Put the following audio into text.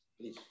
Please